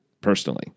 personally